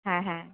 হ্যাঁ হ্যাঁ